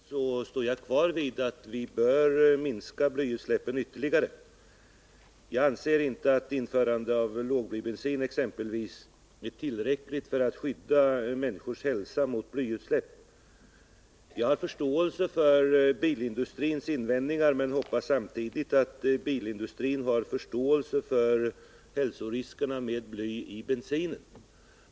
Herr talman! Får jag säga till herr Komstedt att jag med hänsyn till hälsoriskerna med bly i bensin står kvar vid uppfattningen att vi bör minska blyutsläppen ytterligare. Jag anser att exempelvis införande av lågblybensin inte är tillräckligt för att skydda människors hälsa mot blyutsläpp. Jag har förståelse för bilindustrins invändningar, men jag hoppas samtidigt att bilindustrin har förståelse för hälsoriskerna med bly i bensin.